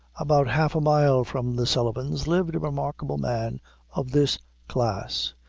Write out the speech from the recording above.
about half a mile from the sullivan's, lived a remarkable man of this class,